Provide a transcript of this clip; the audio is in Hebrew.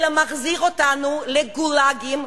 אלא מחזיר אותנו לגולאגים.